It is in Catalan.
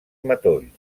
matolls